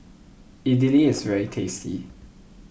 Idili is very tasty